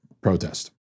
protest